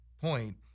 point